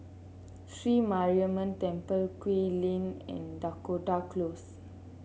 Sri Mariamman Temple Kew Lane and Dakota Close